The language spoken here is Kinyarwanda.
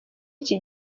iki